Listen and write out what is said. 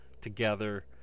together